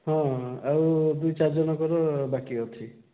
ହଁ ଆଉ ଦୁଇ ଚାରି ଜଣଙ୍କର ବାକି ଅଛି